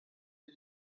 wir